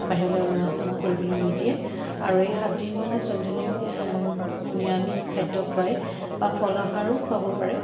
বাহিৰলৈ ওলোৱা সোমোৱা কৰিবলৈ নিদিয়ে আৰু এই সাতদিন মানে ছোৱালীজনীক নিৰামিষ খাদ্য খোৱাই বা ফল আহাৰো খোৱাব পাৰে